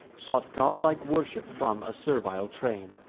sought godlike worship from a servile train.